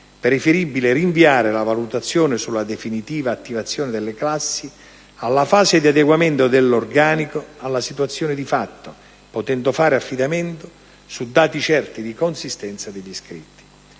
preferibile rinviare la valutazione sulla definitiva attivazione delle classi alla fase di adeguamento dell'organico alla situazione di fatto, potendo fare affidamento su dati certi di consistenza degli iscritti.